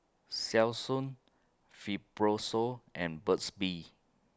Selsun Fibrosol and Burt's Bee